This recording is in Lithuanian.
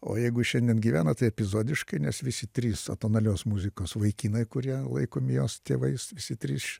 o jeigu šiandien gyvena tai epizodiškai nes visi trys atonalios muzikos vaikinai kurie laikomi jos tėvais visi trys